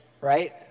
right